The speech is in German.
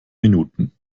minuten